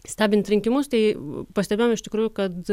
stebint rinkimus tai pastebėjom iš tikrųjų kad